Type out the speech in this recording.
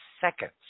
seconds